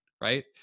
right